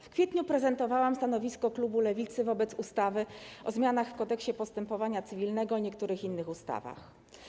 W kwietniu prezentowałam stanowisko klubu Lewicy wobec ustawy o zmianie Kodeksu postępowania cywilnego i niektórych innych ustaw.